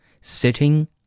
sitting